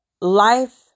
life